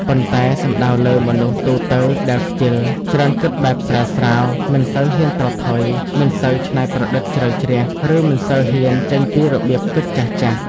ប៉ុន្តែសំដៅលើ មនុស្សទូទៅដែលខ្ជិល ច្រើនគិតបែបស្រាលៗ មិនសូវហ៊ានប្រថុយ មិនសូវច្នៃប្រឌិតជ្រៅជ្រះ ឬមិនសូវហ៊ានចេញពីរបៀបគិតចាស់ៗ។